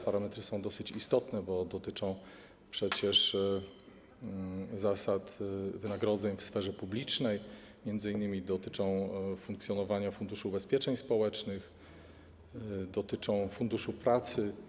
Parametry są dosyć istotne, bo przecież dotyczą zasad wynagrodzeń w sferze publicznej, m.in. dotyczą funkcjonowania Funduszu Ubezpieczeń Społecznych, dotyczą Funduszu Pracy.